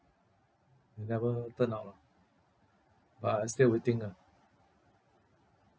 it never turn out lah but I still waiting ah